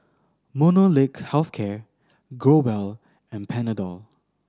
Molnylcke Health Care Growell and Panadol